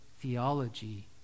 theology